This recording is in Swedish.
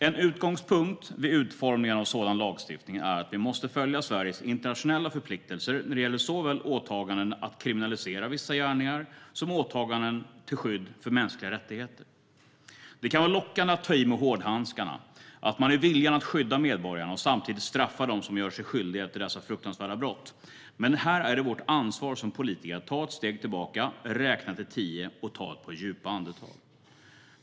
En utgångspunkt vid utformningen av sådan lagstiftning är att vi måste följa Sveriges internationella förpliktelser när det gäller såväl åtaganden att kriminalisera vissa gärningar som åtaganden till skydd för mänskliga rättigheter. Det kan vara lockande att ta i med hårdhandskarna i viljan att skydda medborgarna och samtidigt straffa dem som gör sig skyldiga till brott, men här är det vårt ansvar som politiker att ta ett steg tillbaka, räkna till tio och ta ett par djupa andetag.